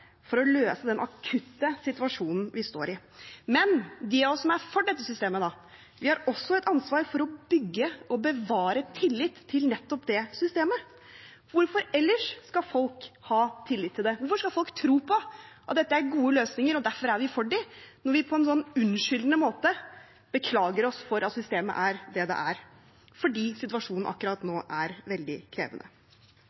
for å løse den akutte situasjonen vi står i, men de av oss som er for dette systemet, har også et ansvar for å bygge og bevare tillit til nettopp det systemet. Hvorfor ellers skal folk ha tillit til det? Hvorfor skal folk tro på at dette er gode løsninger, og at vi derfor er for dem, når vi på en sånn unnskyldende måte beklager oss over at systemet er det det er fordi situasjonen akkurat nå